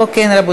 אוקיי.